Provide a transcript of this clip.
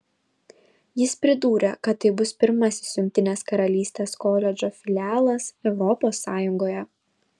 jis pridūrė kad tai bus pirmasis jungtinės karalystės koledžo filialas europos sąjungoje